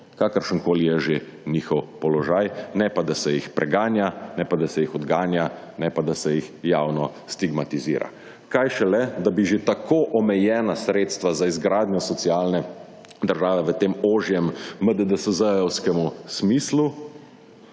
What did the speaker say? kakršenkoli je že njihov položaj, ne pa, da se jih preganja, ne pa, da se jih odganja, ne pa da se jih javno stigmatizira. Kaj šele, da bi že tako omejena sredstva za izgradnjo socialne države v tem ožjem MDDSZ-jevskemu smislu